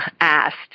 asked